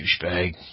douchebag